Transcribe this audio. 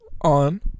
On